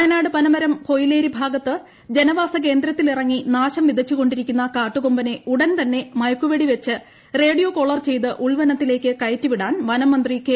വയനാട് പനമരം കൊയിലേരി ഭാഗത്ത് ജനവാസ കേന്ദ്രത്തിലിറങ്ങി നാശം വിതച്ചു കൊണ്ടിരിക്കുന്ന കാട്ടുകൊമ്പനെ ഉടൻതന്നെ മയക്കുവെടിവെച്ച് റേഡിയോകോളർ ചെയ്ത് ഉൾവനത്തിലേയ്ക്ക് കയറ്റി വിടാൻ വനം മന്ത്രി കെ